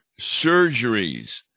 surgeries